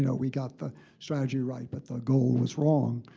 you know we got the strategy right but the goal was wrong.